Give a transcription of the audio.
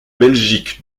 belgique